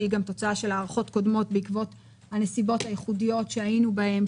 שהיא גם תוצאה של הערכות קודמות בעקבות הנסיבות הייחודיות שהיינו בהן,